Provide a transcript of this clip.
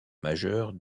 majeure